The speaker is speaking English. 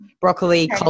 broccoli